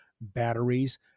batteries